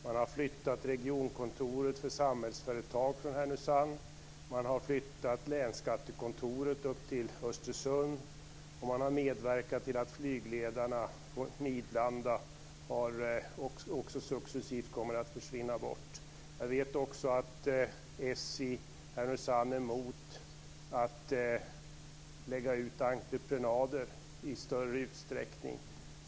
Man har flyttat regionkontoret för Samhällsföretag från Härnösand. Man har flyttat länsskattekontoret till Östersund och man har medverkat till att flygledarna på Midlanda successivt kommer att försvinna. Jag vet också att socialdemokraterna i Härnösand är emot att lägga ut entreprenader i större utsträckning.